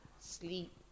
Sleep